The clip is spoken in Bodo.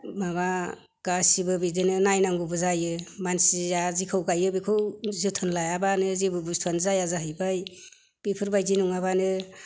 माबा गासैबो बिदिनो नायनांगौबो जायो मानसिया जिखौ गायो बेखौ जोथोन लायाबानो जेबो बुस्तुआनो जाया जाहैबाय बेफोरबायदि नङाबानो